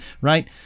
right